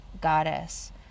goddess